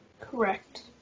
Correct